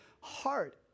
heart